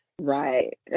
Right